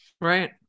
right